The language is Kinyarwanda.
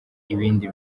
ibindi